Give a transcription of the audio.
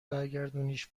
برگردونیش